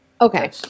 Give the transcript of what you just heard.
Okay